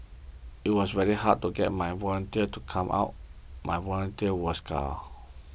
it was very hard to get my volunteers to come out my volunteers were scared